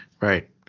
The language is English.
Right